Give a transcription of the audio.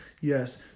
Yes